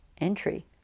entry